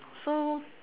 so